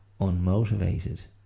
unmotivated